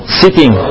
sitting